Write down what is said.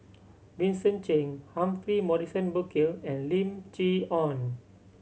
Vincent Cheng Humphrey Morrison Burkill and Lim Chee Onn